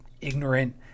ignorant